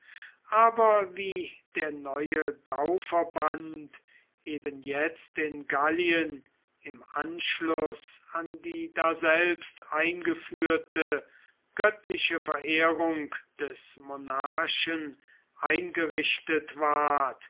aber wie der neue gauverband eben jetzt in gallien im anschluß an die daselbst eingeführte göttliche verehrung des monarchen eingerichtet ward